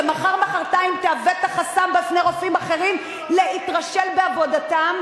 שמחר או מחרתיים תהווה את החסם בפני רופאים אחרים מלהתרשל בעבודתם?